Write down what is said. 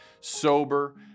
sober